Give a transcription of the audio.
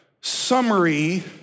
summary